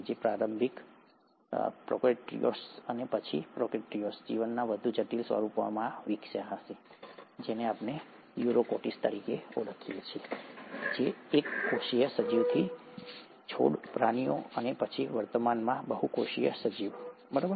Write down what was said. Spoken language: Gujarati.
જે પ્રારંભિક પ્રોકેરીયોટ્સ અને પછી પ્રોકેરીયોટ્સ જીવનના વધુ જટિલ સ્વરૂપોમાં વિકસ્યા હશે જેને તમે યુકેરીયોટ્સ તરીકે ઓળખો છો એક કોષીય સજીવથી છોડ પ્રાણીઓ અને પછી વર્તમાનમાં બહુકોષીય સજીવ મનુષ્ય